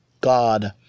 God